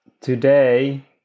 today